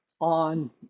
on